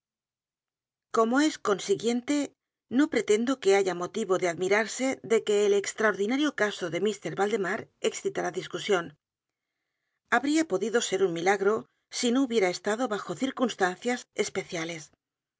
como es consiguiente no pretendo que haya motivo de admirarse de que el extraordinario caso de mr vald e m a r excitara discusión habría podido ser un milagro sino hubiera estado bajo circunstancias especiales